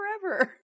forever